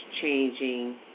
changing